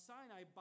Sinai